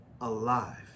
alive